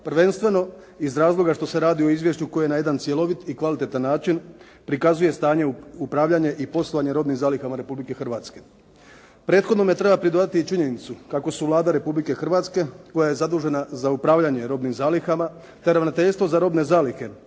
prvenstveno iz razloga što se radi o izvješću koje na jedan cjelovit i kvalitetan način prikazuje stanje, upravljanje i poslovanje robnim zalihama Republike Hrvatske. Prethodnome treba pridodati i činjenicu kako su Vlada Republike Hrvatske koja je zadužena za upravljanje robnim zalihama te Ravnateljstvo za robne zalihe